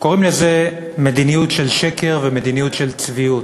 קוראים לזה מדיניות של שקר ומדיניות של צביעות.